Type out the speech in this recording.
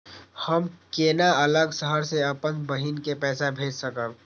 हम केना अलग शहर से अपन बहिन के पैसा भेज सकब?